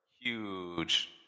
huge